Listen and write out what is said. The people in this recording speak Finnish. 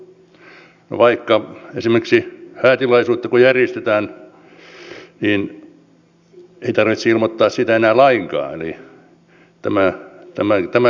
kun vaikka esimerkiksi häätilaisuutta järjestetään niin ei tarvitse ilmoittaa siitä enää lainkaan eli tämäkin riesa poistuu